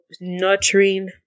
nurturing